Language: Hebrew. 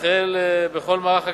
החל בכל מערך הקצבאות.